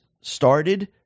started